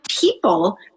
people